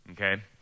okay